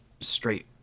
straight